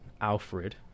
alfred